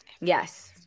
Yes